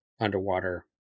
underwater